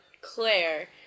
Claire